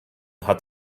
hat